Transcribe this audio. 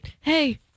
hey